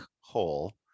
hole